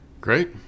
Great